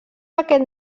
aquest